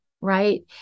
right